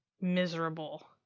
miserable